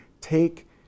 take